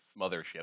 mothership